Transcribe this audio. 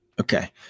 Okay